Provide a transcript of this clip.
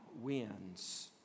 wins